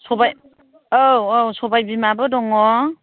सबाय औ औ सबायबिमाबो दङ